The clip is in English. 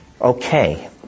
Okay